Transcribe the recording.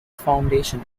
foundation